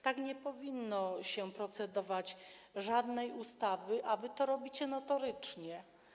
Tak nie powinno się procedować nad żadną ustawą, a wy to robicie notorycznie.